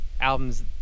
albums